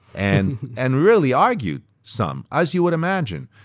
and and really argue some as you would imagine,